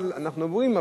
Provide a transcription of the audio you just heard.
אבל אנחנו אומרים,